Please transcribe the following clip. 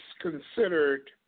considered